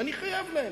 ואני חייב להם.